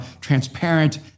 transparent